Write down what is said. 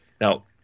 Now